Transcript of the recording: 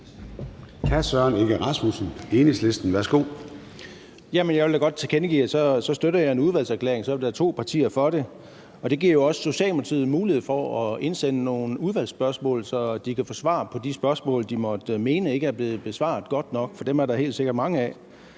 Jeg vil da godt tilkendegive, at jeg støtter en fornyet udvalgsbehandling. Så er vi da to partier, der er for det. Det giver jo også Socialdemokratiet en mulighed for at indsende nogle udvalgsspørgsmål, så de kan få svar på de spørgsmål, de måtte mene ikke er blevet besvaret godt nok; dem er der helt sikkert mange af.